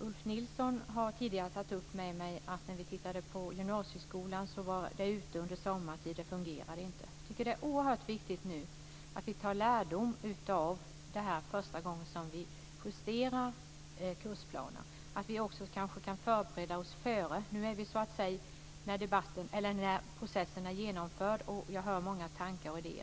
Ulf Nilsson har tidigare tagit upp med mig att när vi tittade på gymnasieskolan var det materialet ute under sommartid; det fungerade inte. Jag tycker att det är oerhört viktigt att vi tar lärdom nu första gången vi justerar kursplanerna. Kanske kan vi också förbereda oss före. Nu när processen så att säga är genomförd hör jag många tankar och idéer.